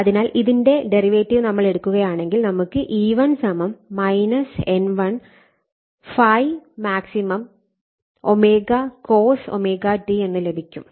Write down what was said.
അതിനാൽ ഇതിന്റെ ഡെറിവേറ്റീവ് നമ്മൾ എടുക്കുകയാണെങ്കിൽ നമുക്ക് E1 N1∅m ω cos ωt എന്ന് ലഭിക്കും